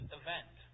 event